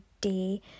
day